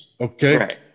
Okay